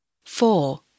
Four